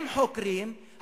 עם חוקרים,